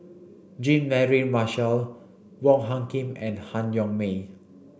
Jean Mary Marshall Wong Hung Khim and Han Yong May